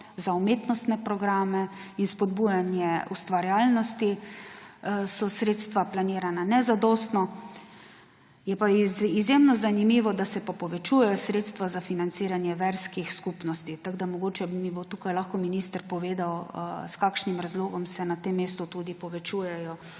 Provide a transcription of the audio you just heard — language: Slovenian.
za umetnostne programe in spodbujanje ustvarjalnosti so sredstva planirana nezadostno. Je pa izjemno zanimivo, da se pa povečujejo sredstva za financiranje verskih skupnosti. Tako da mogoče mi bo tukaj lahko minister povedal, s kakšnim razlogom se na tem mestu tudi povečujejo